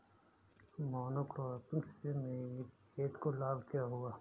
Monocropping से मेरी खेत को क्या लाभ होगा?